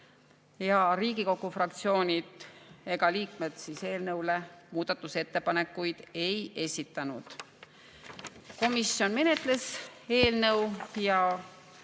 Riigikogu fraktsioonid ega liikmed eelnõu kohta muudatusettepanekuid ei esitanud. Komisjon menetles eelnõu ja